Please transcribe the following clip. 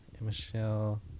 Michelle